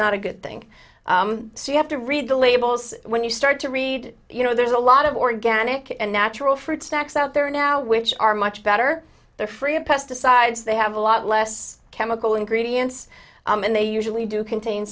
not a good thing so you have to read the labels when you start to read you know there's a lot of organic and natural fruit snacks out there now which are much better they're free of pesticides they have a lot less chemical ingredients and they usually do contain